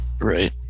right